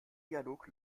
dialog